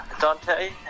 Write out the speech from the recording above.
Dante